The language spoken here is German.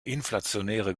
inflationäre